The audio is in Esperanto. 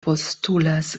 postulas